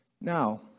Now